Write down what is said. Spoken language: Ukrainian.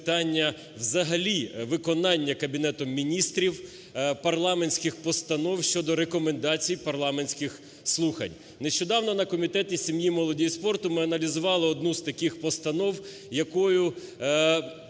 питання взагалі виконання Кабінетом Міністрів парламентських постанов щодо рекомендацій парламентських слухань. Нещодавно на Комітеті сім'ї, молоді і спорту ми аналізувати одну з таких постанов, якою